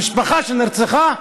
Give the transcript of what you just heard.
המשפחה שנרצחה,